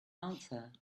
answer